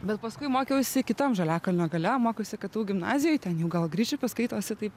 bet paskui mokiausi kitam žaliakalnio gale mokiausi ktu gimnazijoj ten jau gal gričiupis skaitosi taip